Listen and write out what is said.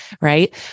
right